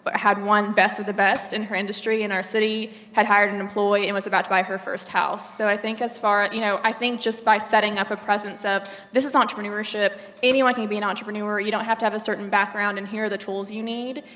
but had won best of best in her industry in our city, had hired an employee, and was about to buy her first house. so i think as far, you know, i think just by setting up a presence of this is entrepreneurship, anyone can be an entrepreneur. you don't have to have a certain background, and here are the tools you need.